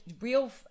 real